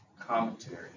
commentary